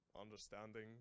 understanding